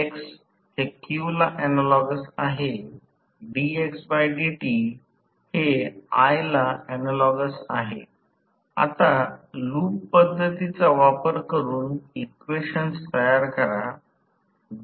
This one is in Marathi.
तर याचा अर्थ असा की PG ला हा बिंदू म्हणता येईल हा बिंदू प्रत्यक्षात हा मुद्दा आहे आणि हा बिंदू b असेल